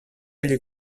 gli